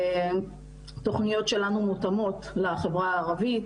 תוכניות שלנו מותאמות לחברה הערבית,